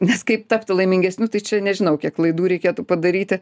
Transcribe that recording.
nes kaip tapti laimingesniu tai čia nežinau kiek klaidų reikėtų padaryti